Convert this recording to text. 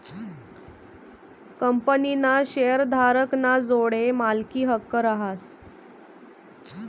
कंपनीना शेअरधारक ना जोडे मालकी हक्क रहास